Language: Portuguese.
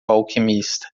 alquimista